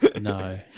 No